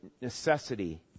necessity